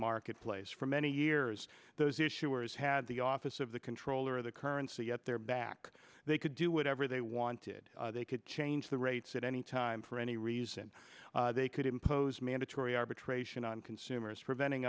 marketplace for many years those issuers had the office of the controller of the currency at their back they could do whatever they wanted they could change the rates at any time for any reason they could impose mandatory arbitration on consumers preventing